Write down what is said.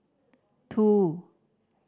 two